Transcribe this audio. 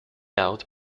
out